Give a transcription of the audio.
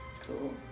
Cool